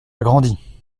grandi